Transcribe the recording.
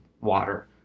water